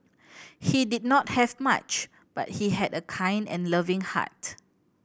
he did not have much but he had a kind and loving heart